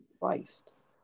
Christ